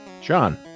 Sean